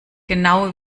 genau